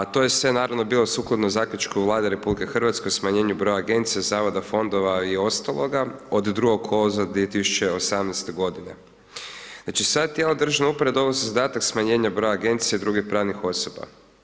A to je sve naravno bilo sukladno zaključku Vlade RH o smanjenju broja agencija, zavoda, fondova i ostaloga od 2. kolovoza 2018. g. Znači sva tijela državne uprave donose zadatak smanjenja broja agencija i drugih pravnih osoba.